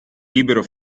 libero